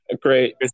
great